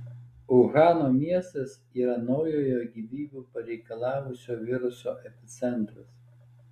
uhano miestas yra naujojo gyvybių pareikalavusio viruso epicentras